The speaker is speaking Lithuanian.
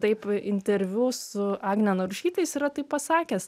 taip interviu su agne narušyte jis yra taip pasakęs